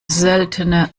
seltene